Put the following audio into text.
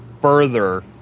further